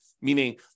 meaning